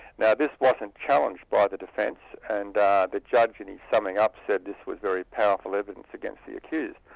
now this wasn't challenged by the defence, and the judge in his summing up said this was very powerful evidence against the accused.